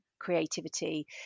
creativity